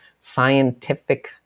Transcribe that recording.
scientific